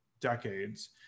decades